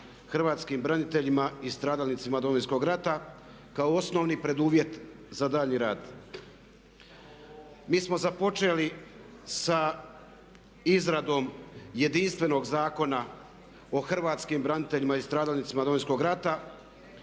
hrvatskim braniteljima i stradalnicima Domovinskog rata kao osnovni preduvjet za daljnji rad. Mi smo započeli sa izradom jedinstvenog zakona o hrvatskim braniteljima i stradalnicima Domovinskog rata